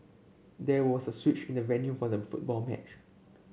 there was a switch in the venue for the football match